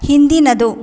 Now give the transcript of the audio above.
ಹಿಂದಿನದು